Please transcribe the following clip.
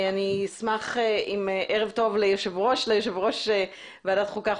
ערב טוב ליושב-ראש ועדת חוקה,